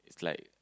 it's like